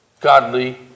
godly